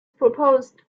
proposed